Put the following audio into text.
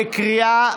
בקריאה